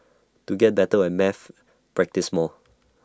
to get better at maths practise more